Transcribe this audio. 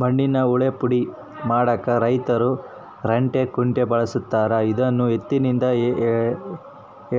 ಮಣ್ಣಿನ ಯಳ್ಳೇ ಪುಡಿ ಮಾಡಾಕ ರೈತರು ರಂಟೆ ಕುಂಟೆ ಬಳಸ್ತಾರ ಇದನ್ನು ಎತ್ತಿನಿಂದ